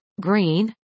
green